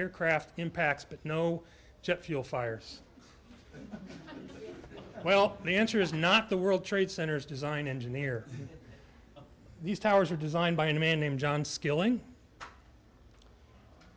aircraft impacts but no jet fuel fires well the answer is not the world trade center's design engineer these towers were designed by a man named john skilling